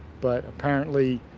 but apparently